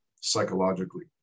psychologically